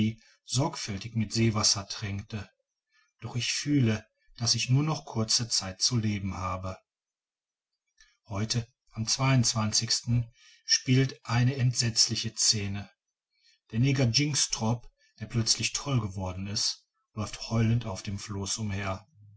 sorgfältig mit seewasser tränkte doch ich fühle daß ich nur noch kurze zeit zu leben habe heute am spielt eine entsetzliche scene der neger jynxtrop der plötzlich toll geworden ist läuft heulend auf dem floß umher